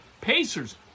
Pacers